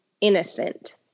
innocent